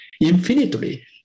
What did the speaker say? infinitely